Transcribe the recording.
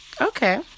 Okay